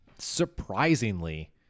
surprisingly